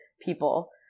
people